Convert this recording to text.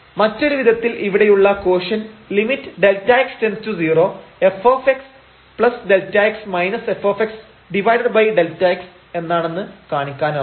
മറ്റൊരു വിധത്തിൽ ഇവിടെയുള്ള കോഷ്യന്റ് lim┬Δx→0 fxΔx fΔx എന്നാണെന്ന് കാണിക്കാനാകും